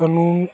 क़ानून